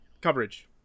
coverage